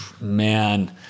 Man